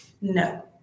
No